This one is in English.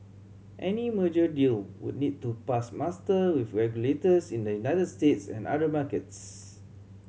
any merger deal would need to pass muster with regulators in the United States and other markets